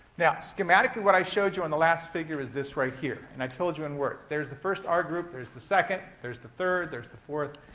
yeah schematically, what i showed you on the last figure is this right here. and i told you in words. there is the first r group, there's the second, there's the third, there's the fourth,